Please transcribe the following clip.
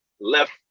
left